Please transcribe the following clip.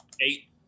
Eight